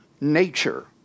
nature